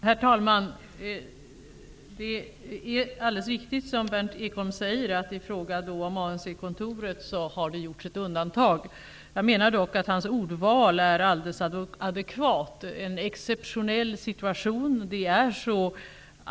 Herr talman! Det är alldeles riktigt att det har gjorts ett undantag i fråga om ANC-kontoret. Jag menar dock att Berndt Ekholms ordval är helt adekvat, dvs. att det varit ''en exceptionell situation''.